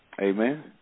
Amen